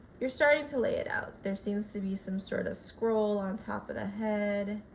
you're starting to lay it out, there seems to be some sort of scroll on top of the head,